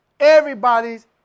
Everybody's